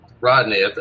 Rodney